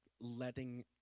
letting